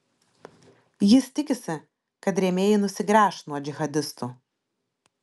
jis tikisi kad rėmėjai nusigręš nuo džihadistų